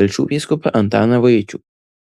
telšių vyskupą antaną vaičių